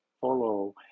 follow